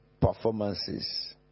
performances